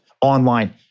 online